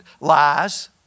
lies